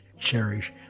cherish